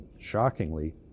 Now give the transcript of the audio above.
Shockingly